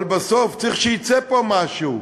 אבל בסוף צריך שיצא פה משהו.